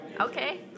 Okay